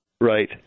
Right